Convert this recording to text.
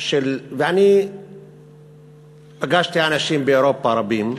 ואני פגשתי אנשים באירופה, רבים.